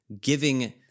giving